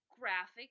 graphic